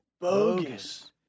Bogus